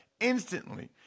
instantly